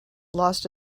lost